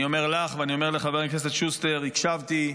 אני אומר לך ואני אומר לחבר הכנסת שוסטר, הקשבתי.